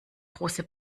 große